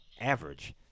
average